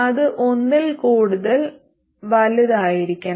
അത് ഒന്നിൽ കൂടുതൽ വലുതായിരിക്കണം